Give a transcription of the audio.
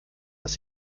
dass